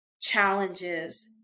challenges